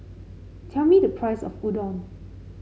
tell me the price of Udon